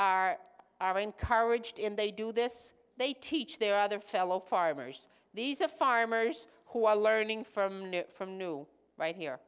market are encouraged in they do this they teach their other fellow farmers these are farmers who are learning from from new right here